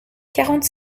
quarante